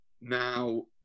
Now